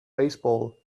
baseball